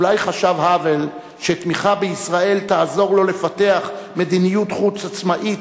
אולי חשב האוול שתמיכה בישראל תעזור לו לפתח מדיניות חוץ עצמאית,